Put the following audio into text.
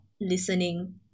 listening